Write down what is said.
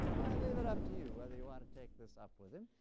i leave it up to you whether you want to take this up with him.